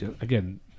again